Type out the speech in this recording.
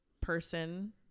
person